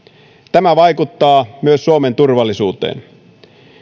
tämä vaikuttaa myös suomen turvallisuuteen